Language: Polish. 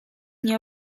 nie